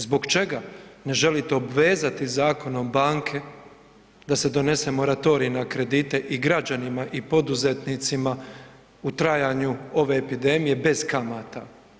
Zbog čega ne želite obvezati zakonom banke da se donese moratorij na kredite i građanima i poduzetnicima u trajanju ove epidemije bez kamata?